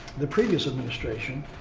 the previous administration,